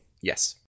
Yes